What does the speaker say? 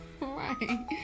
right